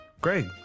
Greg